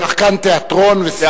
שחקן תיאטרון ושחקן קולנוע.